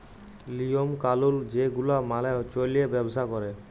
লিওম কালুল যে গুলা মালে চল্যে ব্যবসা ক্যরে